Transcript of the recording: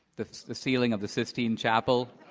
the the ceiling of the sistine chapel,